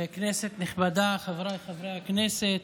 כנסת נכבדה, חבריי חברי הכנסת,